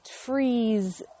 freeze